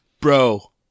Bro